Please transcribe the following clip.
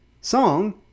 song